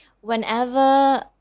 whenever